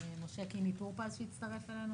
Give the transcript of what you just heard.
משה קינלי טור פז מיש עתיד שהצטרף אלינו,